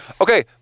okay